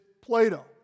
Plato